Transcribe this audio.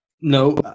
no